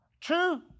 Two